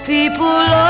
People